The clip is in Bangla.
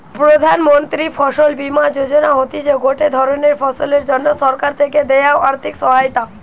প্রধান মন্ত্রী ফসল বীমা যোজনা হতিছে গটে ধরণের ফসলের জন্যে সরকার থেকে দেয়া আর্থিক সহায়তা